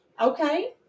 Okay